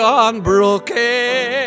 unbroken